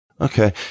Okay